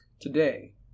today